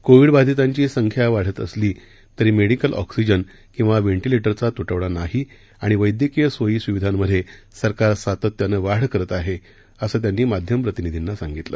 कोविडबाधितांची संख्या वाढत असली तरी मेडीकल ऑक्सीजन किंवा व्हेंटिलेटरचा तुटवडा नाही आणि वैद्यकीय सोयीसुविधांमधे सरकार सातत्यानं वाढ करत आहे असं त्यांनी माध्यम प्रतिनिधींना सांगितलं